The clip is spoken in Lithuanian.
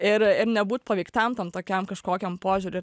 ir ir nebūt paveiktam tam tokiam kažkokiam požiūry